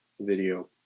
video